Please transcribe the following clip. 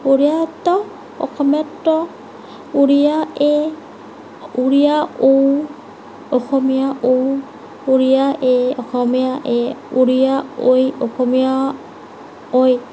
উৰিয়াত ত অসমীয়াত ত উৰিয়া এ উৰিয়া ঔ অসমীয়া ঔ উৰিয়া এ অসমীয়া এ উৰিয়া ঐ অসমীয়া ঐ